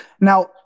Now